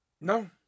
No